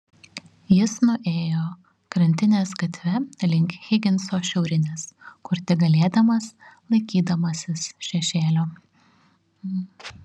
jis nuėjo krantinės gatve link higinso šiaurinės kur tik galėdamas laikydamasis šešėlio